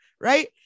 right